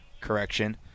correction